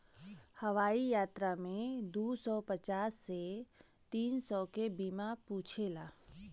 हवाई यात्रा में दू सौ पचास से तीन सौ के बीमा पूछेला